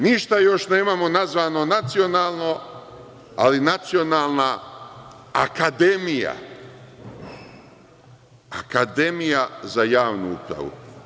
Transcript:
Ništa još nemamo nazvano nacionalno, ali Nacionalna akademija za javnu upravu.